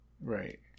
right